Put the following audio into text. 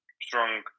strong